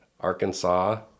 Arkansas